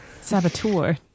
Saboteur